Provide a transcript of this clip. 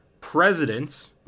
presidents